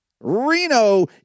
Reno